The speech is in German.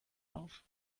auf